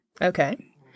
Okay